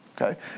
Okay